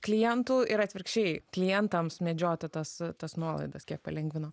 klientų ir atvirkščiai klientams medžioti tas tas nuolaidas kiek palengvino